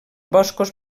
boscos